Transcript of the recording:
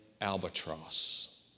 albatross